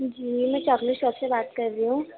جی میں chocolate shop سے بات کر رہی ہوں